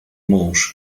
mąż